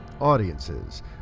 audiences